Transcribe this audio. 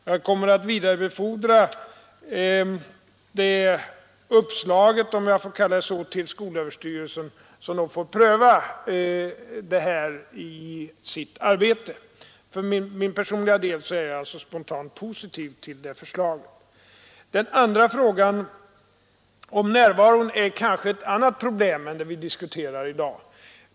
Jag kommer att vidarebefordra det uppslaget, om jag får kalla det så, till skolöverstyrelsen, så att den får pröva det i sitt arbete. För min personliga del är jag alltså spontant positiv till förslaget. Den andra frågan, om närvaron, är kanske ett annat problem än det som vi diskuterar i dag.